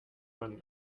man